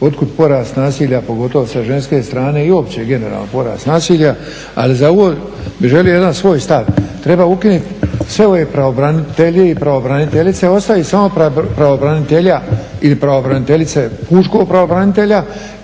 otkud porast nasilja, pogotovo sa ženske strane i uopće generalan porast nasilja? Ali za ovo bih želio jedan svoj stav, treba ukinuti sve ove pravobranitelje i pravobraniteljice i ostaviti samo pravobranitelja ili pravobraniteljice pučkog pravobranitelja